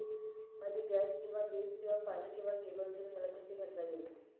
माझे गॅस किंवा वीज किंवा पाणी किंवा केबल बिल मला कसे भरता येईल?